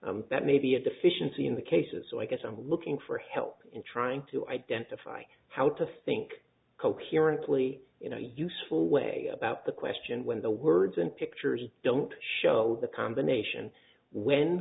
go that may be a deficiency in the cases so i guess i'm looking for help in trying to identify how to think coherently you know useful way about the question when the words and pictures don't show the combination when